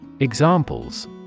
examples